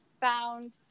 found